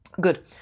Good